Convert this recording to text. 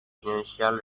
financial